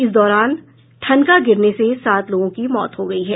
इस दौरान ठनका गिरने से सात लोगों की मौत हो गयी है